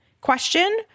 question